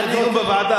זה דיון בוועדה.